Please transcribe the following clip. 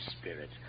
spirit